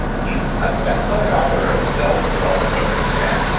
he's a bestselling author of self-development books in japan.